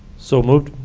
so moved.